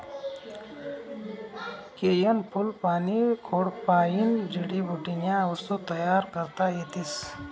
केयनं फूल आनी खोडपायीन जडीबुटीन्या वस्तू तयार करता येतीस